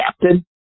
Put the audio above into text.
captain